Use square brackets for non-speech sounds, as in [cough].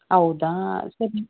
ಹೌದಾ [unintelligible]